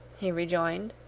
he rejoined.